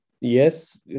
yes